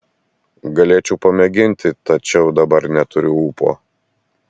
galėčiau pamėginti tačiau dabar neturiu ūpo